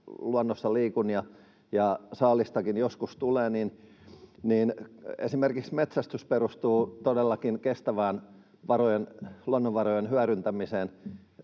luonnossa liikun ja saalistakin joskus tulee, niin esimerkiksi metsästys perustuu todellakin kestävään luonnonvarojen hyödyntämiseen.